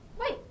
Wait